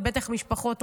ובטח משפחות רווחה.